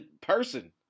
person